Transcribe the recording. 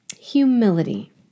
Humility